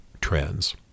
trends